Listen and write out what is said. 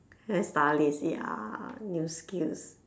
hairstylist ya new skills